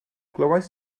glywaist